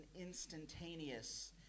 instantaneous